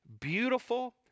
beautiful